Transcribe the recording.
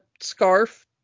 scarf